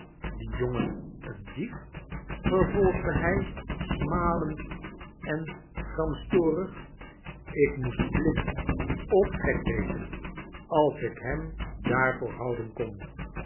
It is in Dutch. die jongen een dief vervolgde hij smalend en gramstorig ik moest blind of gek wezen als ik hem daarvoor houden kon